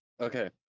Okay